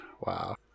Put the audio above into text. wow